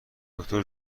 دکتر